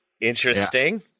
Interesting